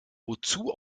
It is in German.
wozu